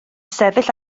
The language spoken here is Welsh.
sefyll